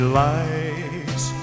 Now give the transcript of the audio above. lights